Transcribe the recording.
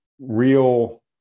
real